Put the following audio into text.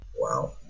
wow